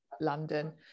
London